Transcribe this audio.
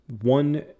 one